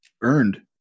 earned